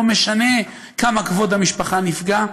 ולא משנה כמה כבוד המשפחה נפגע,